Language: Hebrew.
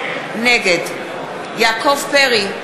נגד יעקב פרי,